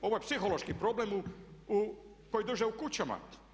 Ovo je psihološki problem koji drže u kućama.